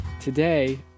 Today